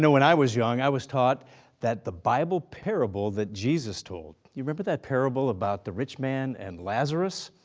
when i was young i was taught that the bible parable that jesus told, you remember that parable about the rich man and lazarus?